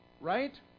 Right